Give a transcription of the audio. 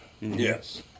Yes